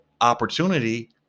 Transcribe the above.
opportunity